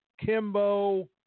Kimbo